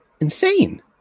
insane